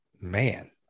man